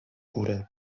górę